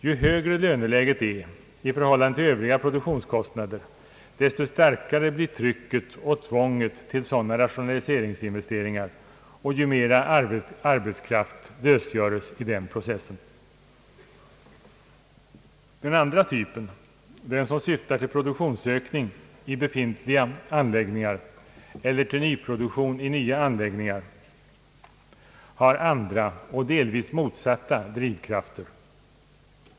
Ju högre löneläget är i förhållande till övriga produktionskostnader, desto starkare blir trycket och tvånget till sådana rationaliseringsinvesteringar, och ju mera arbetskraft frigöres i den processen. Den andra typen — den som syftar till produktionsökning i befintliga anläggningar eller ny produktion i nyanläggningar — har andra och delvis motsatta drivkrafter.